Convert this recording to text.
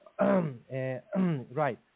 Right